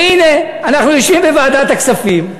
והנה, אנחנו יושבים בוועדת הכספים,